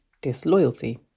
disloyalty